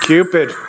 Cupid